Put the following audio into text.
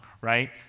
right